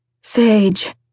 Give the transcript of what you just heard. Sage